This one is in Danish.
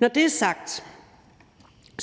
Når det er sagt,